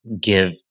give